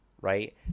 right